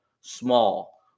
small